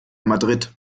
madrid